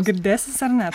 girdėsis ar ne